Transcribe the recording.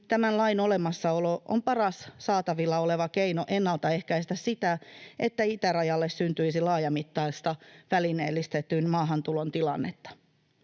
tämän lain olemassaolo on paras saatavilla oleva keino ennaltaehkäistä sitä, että itärajalle syntyisi laajamittainen välineellistetyn maahantulon tilanne.